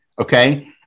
Okay